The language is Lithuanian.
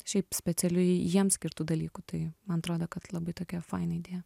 šiaip specialiai jiem skirtų dalykų tai man atrodo kad labai tokia faina idėja